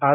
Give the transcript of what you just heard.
R